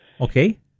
Okay